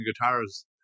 guitars